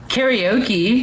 Karaoke